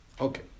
Okay